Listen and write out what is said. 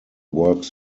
work